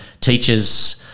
teachers